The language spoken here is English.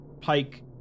Pike